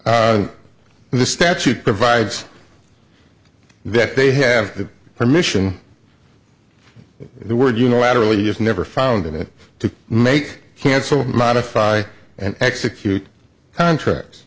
and the statute provides that they have the permission the word unilaterally is never found in it to make cancel modify and execute contracts